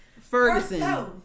Ferguson